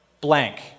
blank